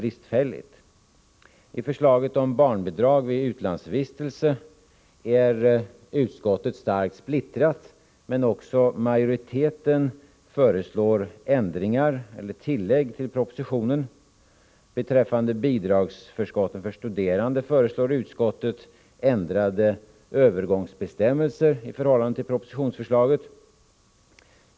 I förslaget om barnbidrag vid utlandsvistelse är utskottet starkt splittrat, men också majoriteten föreslår tillägg till propositionen. Beträffande bidragsförskott för studerande föreslår utskottet ändrade övergångsbestämmelser i förhållande till förslaget i propositionen.